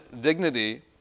dignity